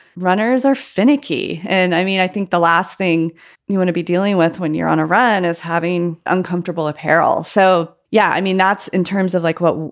runners are finicky. and i mean, i think the last thing you want to be dealing with when you're on a run is having uncomfortable apparel. so, yeah, i mean, that's. in terms of like what?